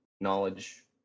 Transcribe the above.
knowledge